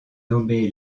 nommé